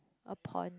a pond